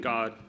God